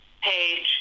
page